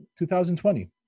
2020